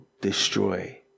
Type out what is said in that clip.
destroy